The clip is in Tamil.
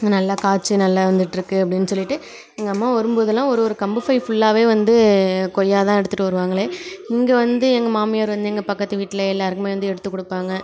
இது நல்லா காய்ச்சி நல்லா வந்துகிட்ருக்கு அப்படின்னு சொல்லிவிட்டு எங்கள் அம்மா வரும்போதெல்லாம் ஒரு ஒரு கம்பு பை ஃபுல்லாகவே வந்து கொய்யா தான் எடுத்துகிட்டு வருவாங்களே இங்கே வந்து எங்கள் மாமியார் வந்து எங்கள் பக்கத்து வீட்டில் எல்லோருக்குமே வந்து எடுத்துக் கொடுப்பாங்க